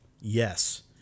Yes